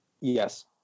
Yes